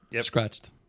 scratched